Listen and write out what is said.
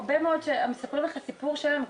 מספרים לך סיפור שלם,